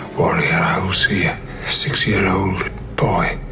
while i was here six year old boy.